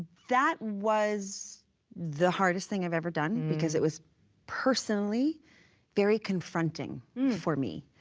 that was the hardest thing i've ever done, because it was personally very confronting for me,